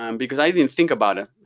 um because i didn't think about it.